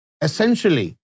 essentially